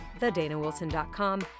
thedanawilson.com